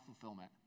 fulfillment